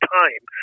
time